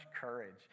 courage